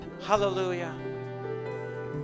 Hallelujah